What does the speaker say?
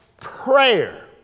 prayer